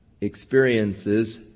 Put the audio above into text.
experiences